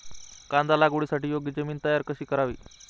कांदा लागवडीसाठी योग्य जमीन तयार कशी करावी?